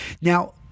Now